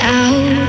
out